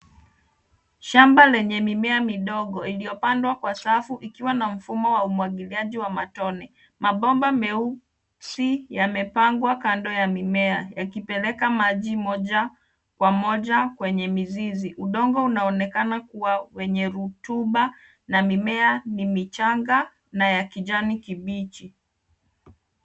Shamba lenye mimea midogo iliyopandwa kwa safu ikiwa na mfumo wa umwagiliaji wa matone. Mabomba meusi yamepangwa kando ya mimea yakipeleka maji moja kwa moja kwenye mizizi. Udongo unaonekana kuwa wenye rotuba na mimea ni michanga na ya kijani kibichi.